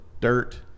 dirt